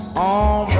all